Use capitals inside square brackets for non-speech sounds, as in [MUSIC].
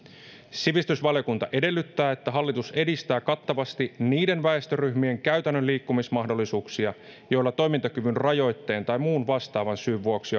sivistysvaliokunta edellyttää että hallitus edistää kattavasti niiden väestöryhmien käytännön liikkumismahdollisuuksia joilla toimintakyvyn rajoitteen tai muun vastaavan syyn vuoksi [UNINTELLIGIBLE]